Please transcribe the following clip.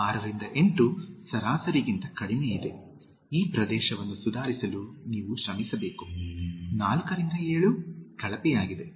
6 ರಿಂದ 8 ಸರಾಸರಿಗಿಂತ ಕಡಿಮೆಯಿದೆ ಈ ಪ್ರದೇಶವನ್ನು ಸುಧಾರಿಸಲು ನೀವು ಶ್ರಮಿಸಬೇಕು 4 ರಿಂದ 7 ಕಳಪೆಯಾಗಿದೆ